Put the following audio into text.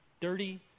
dirty